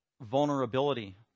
vulnerability